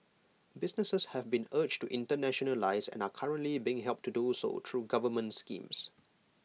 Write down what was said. businesses have been urged to internationalise and are currently being helped to do so through government schemes